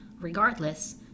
Regardless